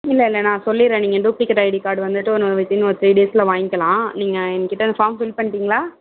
இல்லை இல்லை நான் சொல்லிவிறேன் நீங்கள் டூப்ளிகேட் ஐடி கார்டு வந்துட்டு ஒன்று வித்தின் ஒரு த்ரீ டேஸில் வாய்ங்க்கிலாம் நீங்கள் என்கிட்டே அந்த ஃபார்ம் ஃபில் பண்ணிட்டிங்ளா